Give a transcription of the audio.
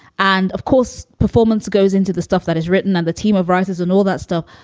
and of course, performance goes into the stuff that is written on the team of writers and all that stuff.